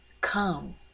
Come